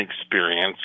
experience